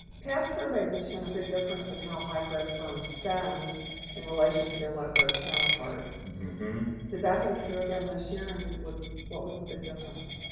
past surveys have shown a big difference in how high-growth firms spend in relation to their local counterparts did that hold true again this year? and what was the big difference?